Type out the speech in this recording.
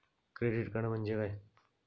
Credit card म्हणजे काय?